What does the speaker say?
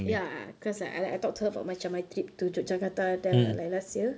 ya because like I like I talk to her about macam my trip to yogyakarta the like last year